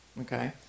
Okay